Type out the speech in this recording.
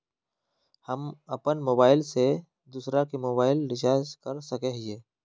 हम अपन मोबाईल से दूसरा के मोबाईल रिचार्ज कर सके हिये?